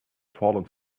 fallen